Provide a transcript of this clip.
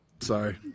Sorry